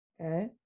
Okay